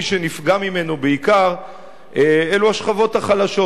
מי שנפגע ממנו בעיקר אלו השכבות החלשות,